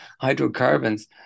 hydrocarbons